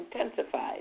intensified